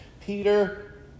Peter